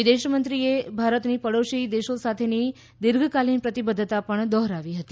વિદેશમંત્રીએ ભારતની પાડોશી દેશો સાથેની દીર્ઘકાલીન પ્રતિબદ્ધતા દોહરાવી હતી